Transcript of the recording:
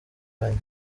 kanya